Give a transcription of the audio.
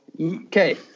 okay